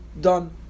done